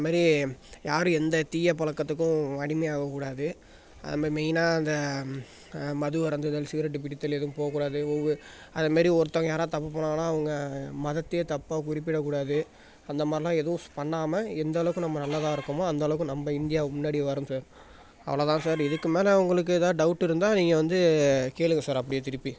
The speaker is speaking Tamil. அது மாரி யாரும் எந்த தீய பழக்கத்துக்கும் அடிமையாகக்கூடாது அது மாதிரி மெயின்னாக அந்த மது அருந்துதல் சிகரெட்டு பிடித்தல் எதுவும் போகக்கூடாது ஒவ்வொ அது மாரி ஒருத்தவங்கள் யாராக தப்பு பண்ணாங்கனால் அவங்க மதத்தையே தப்பாக குறிப்பிடக்கூடாது அந்த மாதிரிலாம் எதுவும் ஸ் பண்ணாமல் எந்த அளவுக்கு நம்ம நல்லதாக இருக்கமோ அந்தளவுக்கு நம்ம இந்தியா முன்னாடி வரும் சார் அவ்வளோ தான் சார் இதுக்கு மேலே உங்களுக்கு எதாது டவுட் இருந்தால் நீங்கள் வந்து கேளுங்கள் சார் அப்படியே திருப்பி